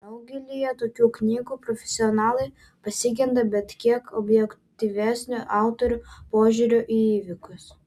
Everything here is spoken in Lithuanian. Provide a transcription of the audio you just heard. daugelyje tokių knygų profesionalai pasigenda bent kiek objektyvesnio autorių požiūrio į įvykius